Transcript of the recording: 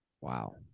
wow